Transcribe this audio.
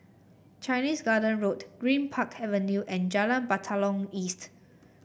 Chinese Garden Road Greenpark Avenue and Jalan Batalong East